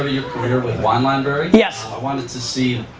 your career with wine library yes. i wanted to see